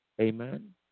Amen